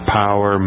power